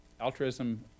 altruism